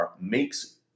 makes